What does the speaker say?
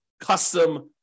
custom